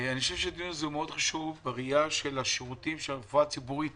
הדיון מאוד חשוב בראייה של השירותים שהרפואה הציבורית